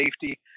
safety